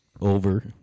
over